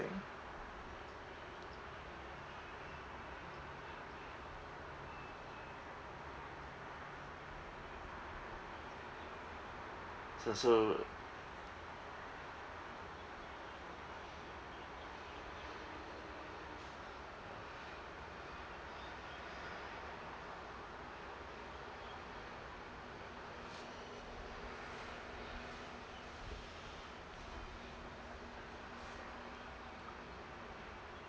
so so